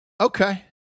Okay